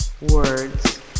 words